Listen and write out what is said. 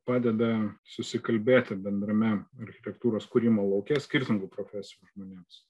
padeda susikalbėti bendrame architektūros kūrimo lauke skirtingų profesijų žmonėms